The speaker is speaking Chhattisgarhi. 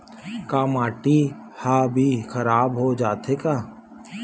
का माटी ह भी खराब हो जाथे का?